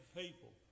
people